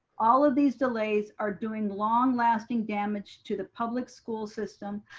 all of these delays are doing long lasting damage to the public school system.